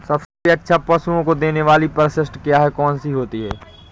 सबसे अच्छा पशुओं को देने वाली परिशिष्ट क्या है? कौन सी होती है?